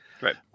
Right